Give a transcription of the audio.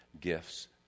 gifts